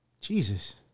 Jesus